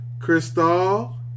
Crystal